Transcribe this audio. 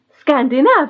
Scandinavia